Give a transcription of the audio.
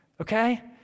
okay